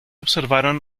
observaron